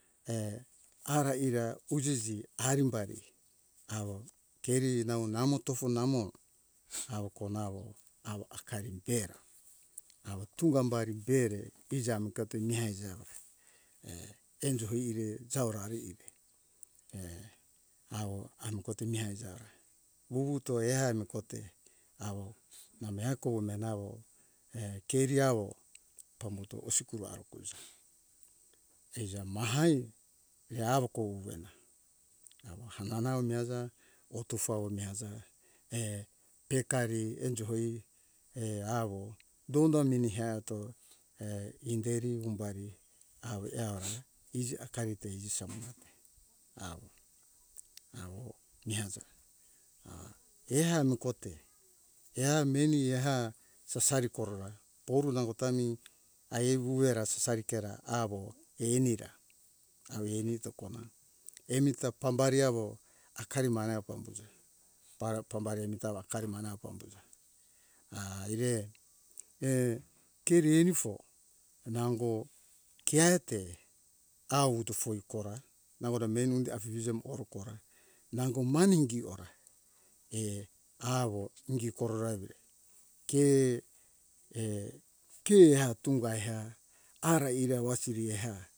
Err ara ira ujisi arimbari awo keri nao namo tofo namo awo ko nawo awo akari bera awo tungabari be re iji amiketo mihai jawora err endo hoire jawora ari ire err awo amu kote mihai jawora wuwuto ehami kote awo name hako menawo err keri awo pambuto hose kuro arukusa eiza mahai re awo kouvena awo hananau mehaza otofu awo mehaza err pekari enjo hoi err awo donda meni heato err inderi umbari awo eora iji akari bei sokoate awo awo mihaza ah ehami kote eha meni eha sosari korora poru nango ta mi ae vuwera sosari ke ra awo ani ra awi ani ta kona emi ta bambari awo akari mara pambujo para pambare mi da akari mara pambujo ah ire err keri anifo nango keaite awuto foe kora nangoda meni undi afije oro kora nango mani ingi ora err awo ingi korora err ke err ke ha tungai ha ara ire wasiri eha